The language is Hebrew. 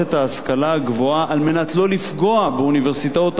כדי שלא לפגוע באוניברסיטאות המחקר הקיימות,